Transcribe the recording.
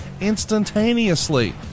instantaneously